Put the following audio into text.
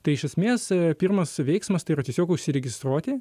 tai iš esmės pirmas veiksmas tai yra tiesiog užsiregistruoti